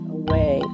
away